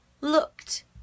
looked